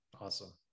Awesome